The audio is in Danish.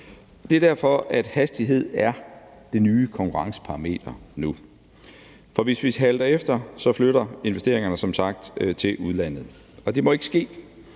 Det er derfor, at hastighed er det nye konkurrenceparameter nu. For hvis vi halter efter, flytter investeringerne som sagt til udlandet, og det må ikke ske.